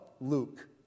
Luke